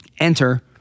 Enter